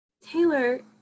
taylor